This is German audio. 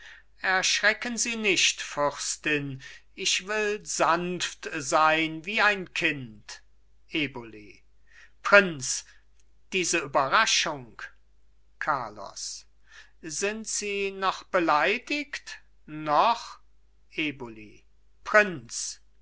erschrecken sie nicht fürstin ich will sanft sein wie ein kind eboli prinz diese überraschung carlos sind sie noch beleidigt noch eboli prinz